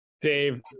dave